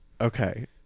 okay